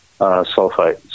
sulfite